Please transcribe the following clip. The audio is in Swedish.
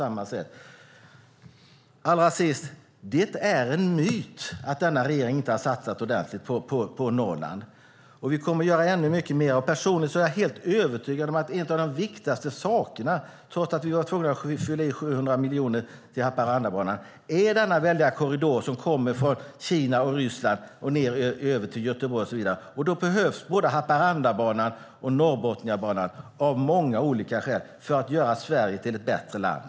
Allra sist vill jag säga att det är en myt att den nuvarande regeringen inte satsat ordentligt på Norrland, och den kommer att satsa ännu mer. Personligen är jag helt övertygad om att, trots att vi var tvungna att skyffla in 700 miljoner till Haparandabanan, den väldiga korridor som kommer från Kina och Ryssland och går ned till Göteborg och så vidare behövs. Både Haparandabanan och Norrbotniabanan behövs således för att göra Sverige till ett bättre land.